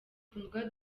kundwa